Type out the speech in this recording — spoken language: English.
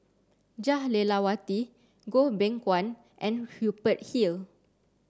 Jah Lelawati Goh Beng Kwan and Hubert Hill